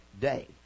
day